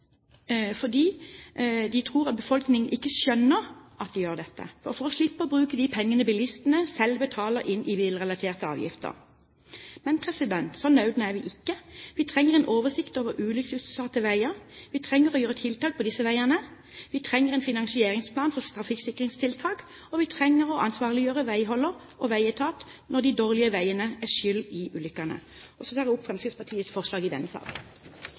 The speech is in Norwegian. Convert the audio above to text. fordi de tror at befolkningen ikke skjønner at regjeringen gjør dette bare for å slippe å bruke de pengene bilistene selv betaler inn i bilrelaterte avgifter. Men så nautete er vi ikke. Vi trenger en oversikt over ulykkesutsatte veier, vi trenger å gjøre tiltak på disse veiene, vi trenger en finansieringsplan for trafikksikringstiltak, og vi trenger å ansvarliggjøre veiholder og veietat når de dårlige veiene er skyld i ulykkene. Jeg tar opp Fremskrittspartiets forslag i